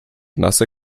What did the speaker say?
nasse